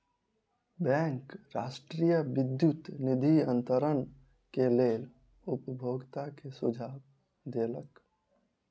bank राष्ट्रीय विद्युत निधि अन्तरण के लेल उपभोगता के सुझाव देलक